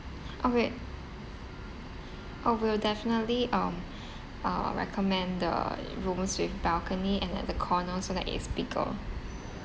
okay orh we'll definitely um uh recommend the rooms with balcony and at the corner so that it's bigger